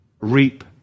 reap